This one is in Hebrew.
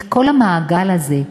את כל המעגל הזה,